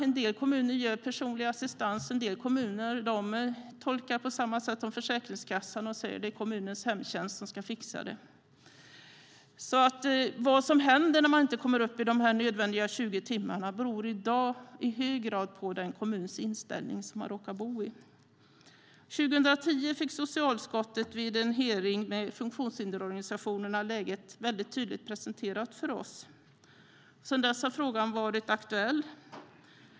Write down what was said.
En del kommuner ger personlig assistans, och en del kommuner tolkar på samma sätt som Försäkringskassan och säger att det är kommunens hemtjänst som ska fixa det. Vad som händer när man inte kommer upp i de nödvändiga 20 timmarna beror i dag i hög grad på inställningen hos kommunen som man råkar bo i. År 2010 fick socialutskottet vid en hearing med funktionshindersorganisationerna läget tydligt presenterat för sig. Sedan dess har frågan varit aktuell.